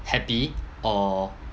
happy or